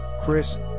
Chris